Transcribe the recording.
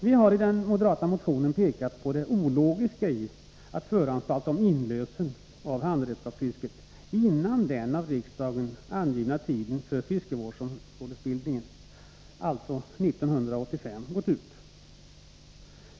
Vi har i den moderata motionen pekat på det ologiska i att föranstalta om inlösen av handredskapsfiskerätten innan den av riksdagen angivna tiden för fiskevårdsområdesbildning har gått ut, alltså 1985.